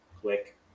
click